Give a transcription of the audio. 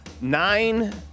nine